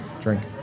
drink